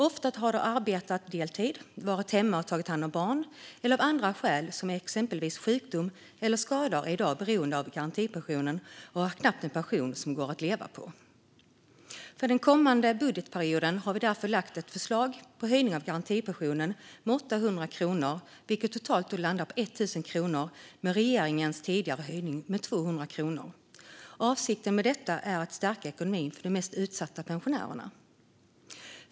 Ofta har de arbetat deltid eller varit hemma och tagit hand om barn, eller också är de av andra skäl såsom sjukdom eller skador i dag beroende av garantipensionen och har en pension som knappt går att leva på. För den kommande budgetperioden har vi därför lagt ett förslag på en höjning med 800 kronor av garantipensionen, som då totalt landar på 1 000 kronor med regeringens tidigare höjning med 200 kronor. Avsikten med detta är att stärka ekonomin för de mest utsatta pensionärerna.